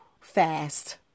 fast